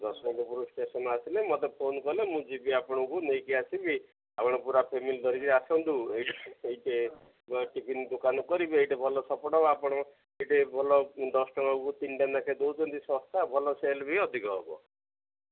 Yeshwantpur station ଆସିଲେ ମତେ phone କଲେ ମୁଁ ଯିବି ଆପଣଙ୍କୁ ନେଇକି ଆସିବି ଆପଣ ପୁରା ଫ୍ୟାମିଲି ଧରିକି ଆସନ୍ତୁ ଏଇଠି ଏଇଠି ଟିଫିନ୍ ଦୋକାନ କରିବେ ଏଇଟି ଭଲ ସପୋର୍ଟ ହବ ଆପଣଙ୍କ ଏଇଠି ଭଲ ଦଶ ଟଙ୍କାକୁ ତିନିଟା ଲେଖାଏଁ ଦଉଛନ୍ତି ଶସ୍ତା ଭଲ ସେଲ୍ ବି ଅଧିକ ହବ